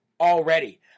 already